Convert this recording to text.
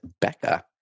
Becca